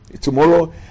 Tomorrow